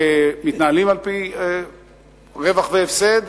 שמתנהלים על-פי רווח והפסד.